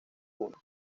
uno